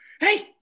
hey